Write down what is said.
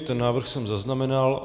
Ten návrh jsem zaznamenal.